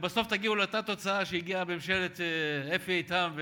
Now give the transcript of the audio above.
בסוף תהיה איזו קייטנה, ביטל, הכול מבוטל.